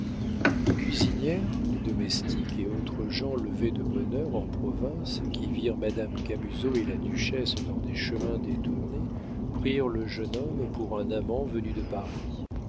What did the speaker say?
les cuisinières les domestiques et autres gens levés de bonne heure en province qui virent madame camusot et la duchesse dans des chemins détournés prirent le jeune homme pour un amant venu de paris